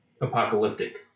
apocalyptic